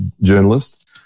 journalist